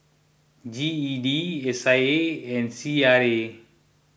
G E D S I A and C R A